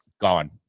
gone